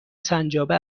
سنجابه